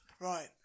Right